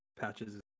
Patches